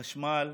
חשמל,